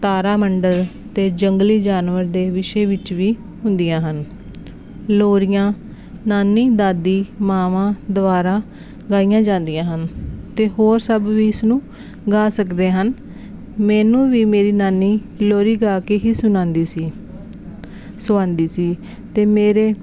ਤਾਰਾ ਮੰਡਲ ਅਤੇ ਜੰਗਲੀ ਜਾਨਵਰ ਦੇ ਵਿਸ਼ੇ ਵਿੱਚ ਵੀ ਹੁੰਦੀਆਂ ਹਨ ਲੋਰੀਆਂ ਨਾਨੀ ਦਾਦੀ ਮਾਵਾਂ ਦੁਆਰਾ ਗਾਈਆ ਜਾਂਦੀਆਂ ਹਨ ਅਤੇ ਹੋਰ ਸਭ ਵੀ ਇਸਨੂੰ ਗਾ ਸਕਦੇ ਹਨ ਮੈਨੂੰ ਵੀ ਮੇਰੀ ਨਾਨੀ ਲੋਰੀ ਗਾ ਕੇ ਹੀ ਸੁਲਾਉਂਦੀ ਸੀ ਸੁਲਾਉਂਦੀ ਸੀ ਅਤੇ ਮੇਰੇ